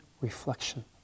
reflection